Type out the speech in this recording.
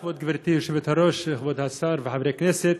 תודה, גברתי היושבת-ראש, כבוד השר וחברי הכנסת,